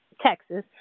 Texas